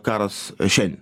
karas šiandien